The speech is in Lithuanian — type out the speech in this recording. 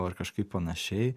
ar kažkaip panašiai